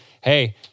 hey